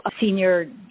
senior